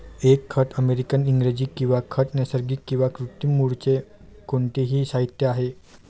एक खत अमेरिकन इंग्रजी किंवा खत नैसर्गिक किंवा कृत्रिम मूळचे कोणतेही साहित्य आहे